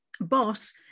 boss